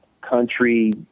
country